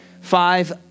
five